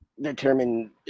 determine